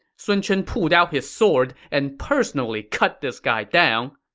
sun chen pulled out his sword and personally cut this guy down.